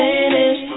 Finish